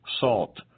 salt